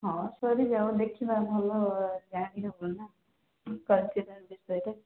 ହଁ ସରିଯାଉ ଦେଖିବା ଭଲ ଜାଣି ହେବନା କି କରିଛି ତା ବିଷୟରେ